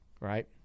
right